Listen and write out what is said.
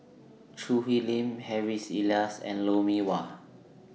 Choo Hwee Lim Harry's Elias and Lou Mee Wah